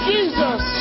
Jesus